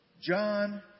John